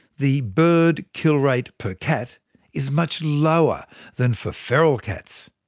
the bird kill rate per cat is much lower than for feral cats,